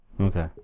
Okay